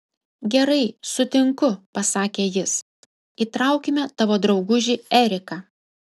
gerai sutinku pasakė jis įtraukime tavo draugužį eriką